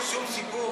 משום סיפור?